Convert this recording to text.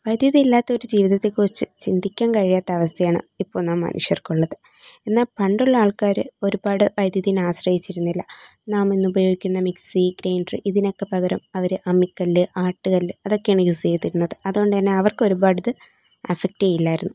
വൈദ്യതി ഇല്ലാത്ത ഒരു ജീവിതത്തെ കുറിച്ച് ചിന്തിക്കാൻ കഴിയാത്ത അവസ്ഥയാണ് ഇപ്പോൾ നാം മനുഷ്യർക്കുള്ളത് എന്നാൽ പണ്ടുള്ള ആൾക്കാർ ഒരുപാട് വൈദ്യതീനെ ആശ്രയിച്ചിരുന്നില്ല നാം ഇന്ന് ഉപയോഗിക്കുന്ന മിക്സി ഗ്രൈൻഡർ ഇതിനൊക്കെ പകരം അവർ അമ്മിക്കല്ല് ആട്ടുകല്ല് അതൊക്കെയാണ് യൂസ് ചെയ്തിരുന്നത് അതുകൊണ്ടുതന്നെ അവർക്ക് ഒരുപാടിത് അഫക്റ്റ് ചെയ്യില്ലായിരുന്നു